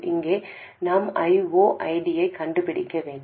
இங்கே நாம் I0 ஐடியைக் கண்டுபிடிக்க வேண்டும்